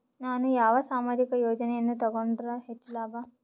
ನಾನು ಯಾವ ಸಾಮಾಜಿಕ ಯೋಜನೆಯನ್ನು ತಗೊಂಡರ ಹೆಚ್ಚು ಲಾಭ?